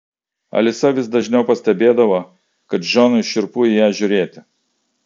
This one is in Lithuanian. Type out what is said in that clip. alisa vis dažniau pastebėdavo kad džonui šiurpu į ją žiūrėti